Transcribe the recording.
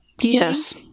Yes